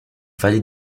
vallée